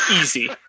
Easy